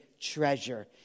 treasure